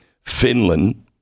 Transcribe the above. Finland